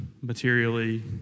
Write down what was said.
materially